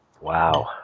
Wow